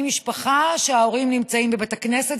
אני ממשפחה שההורים נמצאים בבית הכנסת